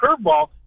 curveball